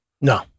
No